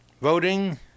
voting